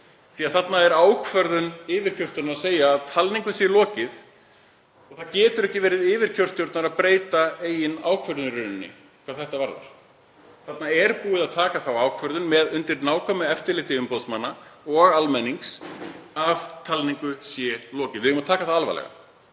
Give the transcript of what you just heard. því að það er ákvörðun yfirkjörstjórnar að segja að talningu sé lokið og það getur ekki verið yfirkjörstjórnar að breyta eigin ákvörðun hvað það varðar. Þarna er búið að taka þá ákvörðun undir nákvæmu eftirliti umboðsmanna og almennings að talningu sé lokið. Við eigum að taka það alvarlega.